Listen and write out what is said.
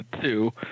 Two